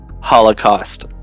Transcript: Holocaust